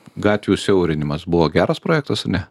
gatvių siaurinimas buvo geras projektas ar ne